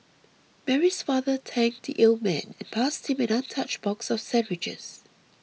Mary's father thanked the old man and passed him an untouched box of sandwiches